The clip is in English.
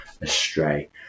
astray